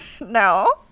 No